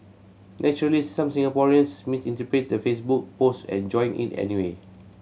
naturally some Singaporeans misinterpreted the Facebook post and joined it anyway